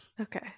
Okay